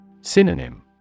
Synonym